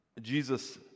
Jesus